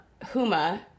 Huma